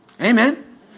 Amen